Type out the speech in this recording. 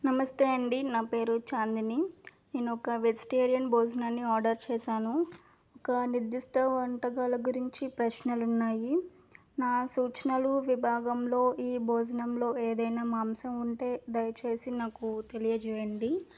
నమస్తే అండి నా పేరు చాందిని నేను ఒక వెజిటేరియన్ భోజనాన్ని ఆర్డర్ చేశాను కానీ డిస్ట వంటకాల గురించి ప్రశ్నలు ఉన్నాయి నా సూచనలు విభాగంలో ఈ భోజనంలో ఏదైనా మాంసం ఉంటే దయచేసి నాకు తెలియజేయండి